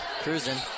cruising